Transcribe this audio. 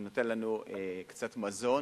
ונותנים לנו קצת מזון.